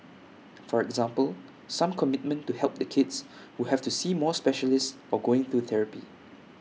for example some commitment to help the kids who have to see more specialists or going to therapy